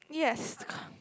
yes